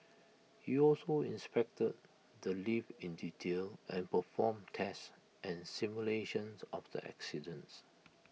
he also inspected the lift in detail and performed tests and simulations of the accidents